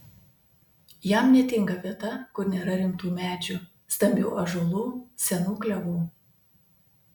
jam netinka vieta kur nėra rimtų medžių stambių ąžuolų senų klevų